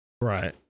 Right